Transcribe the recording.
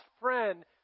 friend